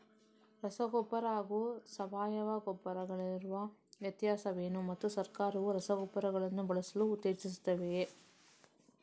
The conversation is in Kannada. ರಸಗೊಬ್ಬರ ಹಾಗೂ ಸಾವಯವ ಗೊಬ್ಬರ ಗಳಿಗಿರುವ ವ್ಯತ್ಯಾಸವೇನು ಮತ್ತು ಸರ್ಕಾರವು ರಸಗೊಬ್ಬರಗಳನ್ನು ಬಳಸಲು ಉತ್ತೇಜಿಸುತ್ತೆವೆಯೇ?